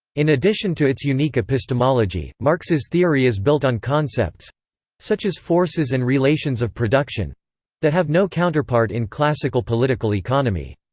in addition to its unique epistemology, marx's theory is built on concepts such as forces and relations of production that have no counterpart in classical political economy.